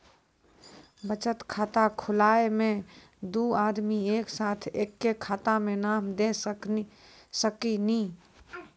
बचत खाता खुलाए मे दू आदमी एक साथ एके खाता मे नाम दे सकी नी?